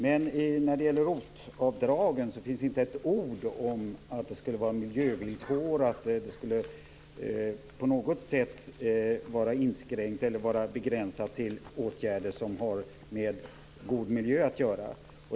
Men när det gäller ROT-avdragen finns det inte ett ord om att det skulle vara miljövillkorat eller att det på något sätt skulle vara begränsat till åtgärder som har med god miljö att göra.